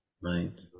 right